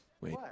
Wait